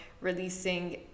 releasing